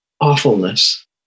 awfulness